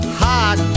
hot